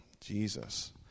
Jesus